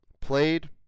played